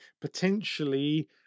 potentially